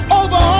over